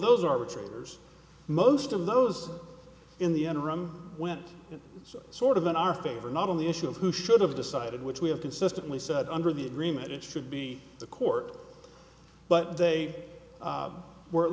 those arbitrators most of those in the enron went so sort of in our favor not on the issue of who should have decided which we have consistently said under the agreement it should be the court but they were at